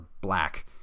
black